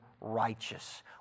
righteous